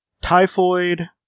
Typhoid